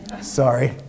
sorry